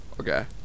Okay